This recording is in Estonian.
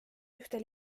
ühte